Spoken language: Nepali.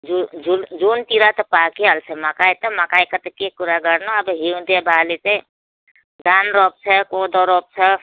जुन जुन जुनतिर त पाकिहाल्छ मकै त मकैको त के कुरा गर्नु अब हिउँदे बाली चाहिँ धान रोप्छ कोदो रोप्छ